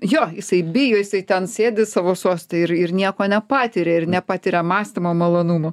jo jisai bijo jisai ten sėdi savo soste ir ir nieko nepatiria ir nepatiria mąstymo malonumų